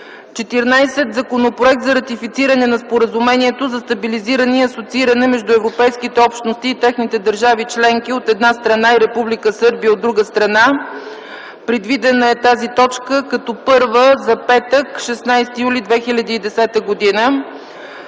14. Законопроект за ратифициране на Споразумението за стабилизиране и асоцииране между Европейските общности и техните държави членки, от една страна, и Република Сърбия, от друга страна. Тази точка е предвидена като първа за петък, 16 юли 2010 г.